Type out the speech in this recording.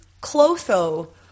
Clotho